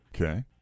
Okay